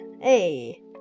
Hey